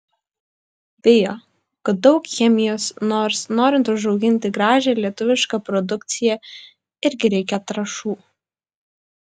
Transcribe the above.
bijo kad daug chemijos nors norint užauginti gražią lietuvišką produkciją irgi reikia trąšų